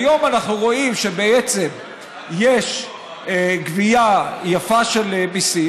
היום אנחנו רואים שבעצם יש גבייה יפה של מיסים,